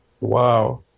Wow